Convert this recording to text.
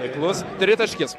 taiklus tritaškis